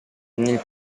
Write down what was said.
nel